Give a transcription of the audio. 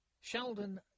Sheldon